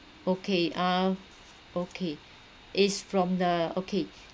okay ah okay it's from the okay